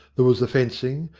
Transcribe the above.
there was the fencing,